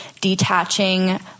detaching